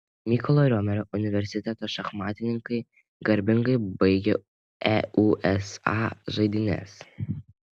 mykolo romerio universiteto šachmatininkai garbingai baigė eusa žaidynes